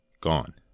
gone